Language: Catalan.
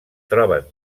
troben